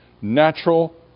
natural